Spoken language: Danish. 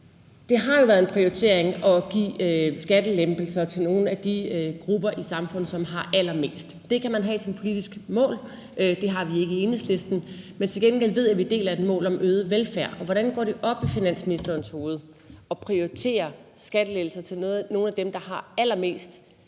Det har jo været en prioritering at give skattelettelser til nogle af de grupper i samfundet, som har allermest. Det kan man have som politisk mål. Det har vi ikke i Enhedslisten, men til gengæld ved jeg, at vi deler et mål om øget velfærd, og hvordan går det i finansministerens hovedet op med at prioritere skattelettelser til nogle af dem, der har allermest,